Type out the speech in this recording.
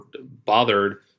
bothered